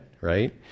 Right